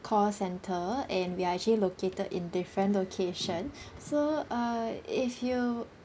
call center and we are actually located in different location so uh if you